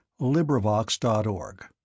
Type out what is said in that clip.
LibriVox.org